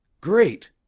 Great